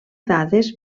dades